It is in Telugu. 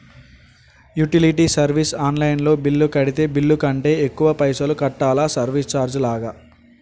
యుటిలిటీ సర్వీస్ ఆన్ లైన్ లో బిల్లు కడితే బిల్లు కంటే ఎక్కువ పైసల్ కట్టాలా సర్వీస్ చార్జెస్ లాగా?